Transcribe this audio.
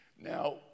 Now